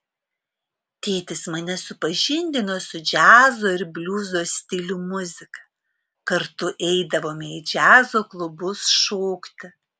tėtis mane supažindino su džiazo ir bliuzo stilių muzika kartu eidavome į džiazo klubus šokti